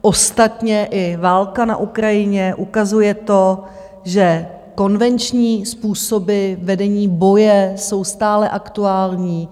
Ostatně i válka na Ukrajině ukazuje to, že konvenční způsoby vedení boje jsou stále aktuální.